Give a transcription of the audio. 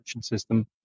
system